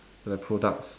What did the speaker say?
like product